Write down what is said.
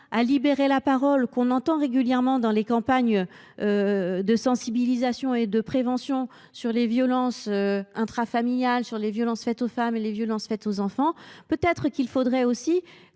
à libérer la parole, régulièrement reprise dans les campagnes de sensibilisation et de prévention sur les violences intrafamiliales, les violences faites aux femmes et les violences faites aux enfants, peut être faudrait il